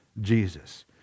jesus